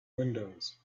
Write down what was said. windows